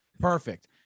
Perfect